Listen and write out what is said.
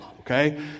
okay